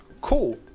Cool